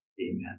Amen